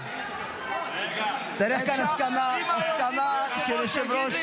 צריך כאן הסכמה של יושב-ראש